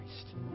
Christ